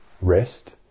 rest